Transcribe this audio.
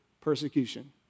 persecution